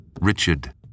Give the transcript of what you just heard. Richard